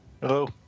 Hello